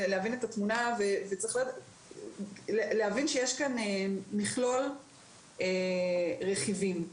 צריך להבין שיש כאן מכלול רכיבים.